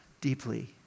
deeply